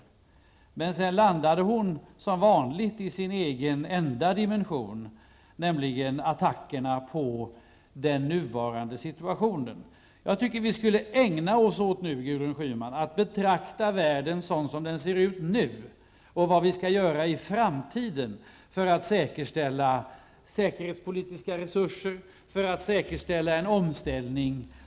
Men sedan landade hon, som vanligt, i den för henne enda dimensionen. Jag tänker då på attackerna mot den nuvarande situationen. Jag tycker att vi, Gudrun Schyman, i stället borde ägna oss åt att betrakta världen som den ser ut nu och åt tankar om vad vi skall göra i framtiden för att säkerställa säkerhetspolitiska resurser och en acceptabel omställning.